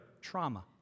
trauma